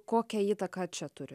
kokią įtaką čia turi